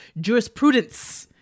jurisprudence